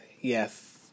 yes